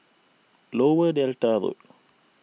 Lower Delta Road